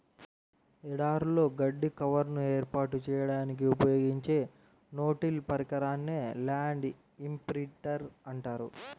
ఎడారులలో గడ్డి కవర్ను ఏర్పాటు చేయడానికి ఉపయోగించే నో టిల్ పరికరాన్నే ల్యాండ్ ఇంప్రింటర్ అంటారు